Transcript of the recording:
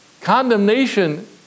Condemnation